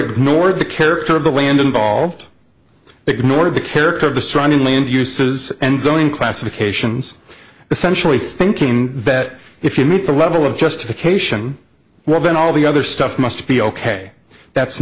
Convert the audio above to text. ignored the character of the land involved ignored the care of the surrounding land uses and zoning classifications essentially thinking that if you meet the level of justification well then all the other stuff must be ok that's